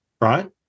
right